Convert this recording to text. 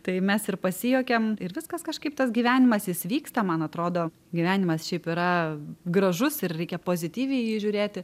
tai mes ir pasijuokiam ir viskas kažkaip tas gyvenimas jis vyksta man atrodo gyvenimas šiaip yra gražus ir reikia pozityviai į jį žiūrėti